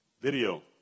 video